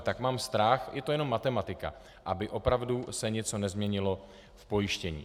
Tak mám strach, je to jenom matematika, aby opravdu se něco nezměnilo v pojištění.